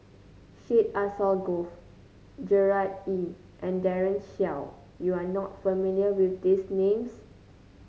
Syed Alsagoff Gerard Ee and Daren Shiau you are not familiar with these names